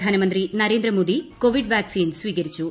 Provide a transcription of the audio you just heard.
പ്രധാനമന്ത്രി Narendra Modi covid vaccine സ്വീകരിച്ചു